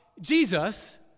Jesus